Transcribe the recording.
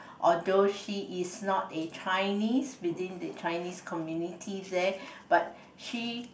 although she is not a Chinese within the Chinese community there but she